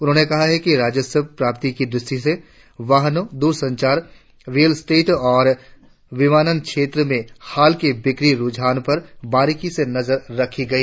उन्होंने कहा कि राजस्व प्राप्ति की दृष्टि से वाहनों दूरसंचार रियल एस्टेट और विमानन क्षेत्र में हाल के बिक्री रुझान पर बारीकी से नजर रखी गई